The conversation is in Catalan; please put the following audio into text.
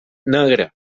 negre